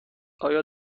آیا